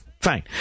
fine